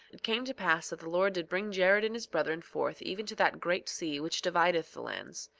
it came to pass that the lord did bring jared and his brethren forth even to that great sea which divideth the lands.